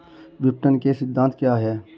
विपणन के सिद्धांत क्या हैं?